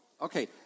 Okay